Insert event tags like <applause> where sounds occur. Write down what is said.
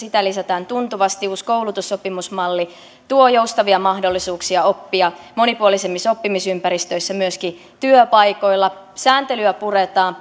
lisätään tuntuvasti uusi koulutussopimusmalli tuo joustavia mahdollisuuksia oppia monipuolisemmissa oppimisympäristöissä myöskin työpaikoilla sääntelyä puretaan <unintelligible>